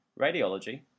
radiology